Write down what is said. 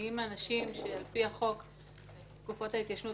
האם האנשים שעל פי החוק תקופות ההתיישנות